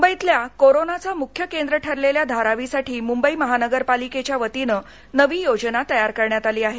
मुंबईतील कोरोनाचा मुख्य केंद्र ठरलेल्या धारावीसाठी मुंबई महानगरपालिकेच्या वतीनं नवी यो ना तयार करण्यात आली आहे